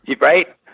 Right